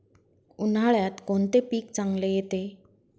उन्हाळ्यात कोणते पीक चांगले येते?